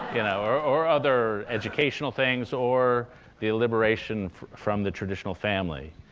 you know, or or other educational things, or the liberation from the traditional family.